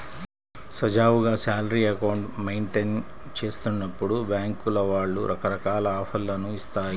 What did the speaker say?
సజావుగా salary account maintain చేస్తున్నప్పుడు బ్యేంకుల వాళ్ళు రకరకాల ఆఫర్లను ఇత్తాయి